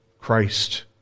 Christ